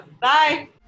Bye